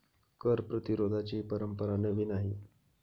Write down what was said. कर प्रतिरोधाची परंपरा नवी नाही